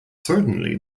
certainly